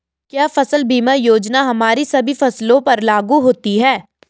क्या फसल बीमा योजना हमारी सभी फसलों पर लागू होती हैं?